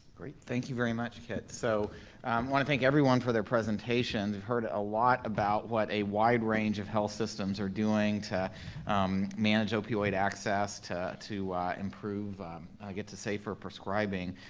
great, thank you very much, kit. i so wanna thank everyone for their presentations. we've heard a lot about what a wide range of health systems are doing to manage opioid access to to improve, i get to say, for prescribing.